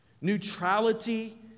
Neutrality